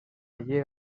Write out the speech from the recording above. llei